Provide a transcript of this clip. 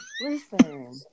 Listen